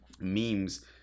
memes